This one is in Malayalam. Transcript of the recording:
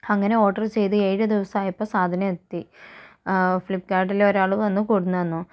അങ്ങനെ ഓർഡറ് ചെയ്ത് ഏഴ് ദിവസായപ്പം സാധനം എത്തി ആ ഫ്ലിപ്പ്കാർട്ടിലെ ഒരാള് വന്ന് കൊണ്ടുവന്ന് തന്നു